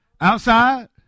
Outside